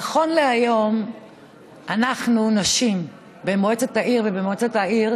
נכון להיום אנחנו, נשים, 13% במועצת העיר.